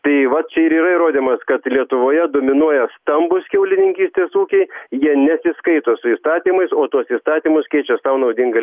tai vat čia ir yra įrodymas kad lietuvoje dominuoja stambūs kiaulininkystės ūkiai jie nesiskaito su įstatymais o tuos įstatymus keičia sau naudinga